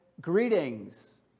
Greetings